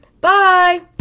Bye